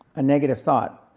a negative thought.